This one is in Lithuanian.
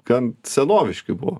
gan senoviški buvo